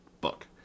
book